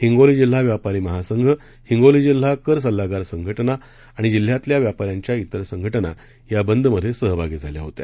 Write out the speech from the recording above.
हिंगोली जिल्हा व्यापारी महासंघ हिंगोली जिल्हा कर सल्लागार संघटना आणि जिल्ह्यातल्या व्यापाऱ्यांच्या इतर संघटना या बंदमधे सहभागी झाल्या होत्या